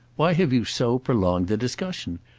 why have you so prolonged the discussion?